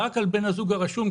רק על בן הזוג הרשום,